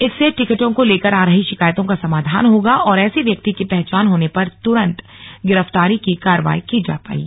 इससे टिकटों को लेकर आ रही शिकायतों का समाधान होगा और ऐसे व्यक्ति की पहचान होने पर तुरंत गिरफ्तारी की कारवाई की जाएगी